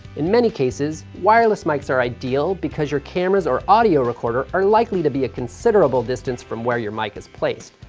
in many cases, wireless mics are ideal because your cameras or audio recorder are likely to be a considerable distance from where your mic is placed.